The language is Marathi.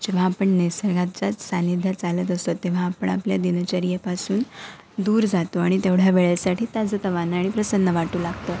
जेव्हा आपण निसर्गाच्याच सान्निध्यात चालत असतो तेव्हा आपण आपल्या दिनचर्येपासून दूर जातो आणि तेवढ्या वेळेसाठी ताजंतवानं आणि प्रसन्न वाटू लागतं